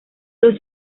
los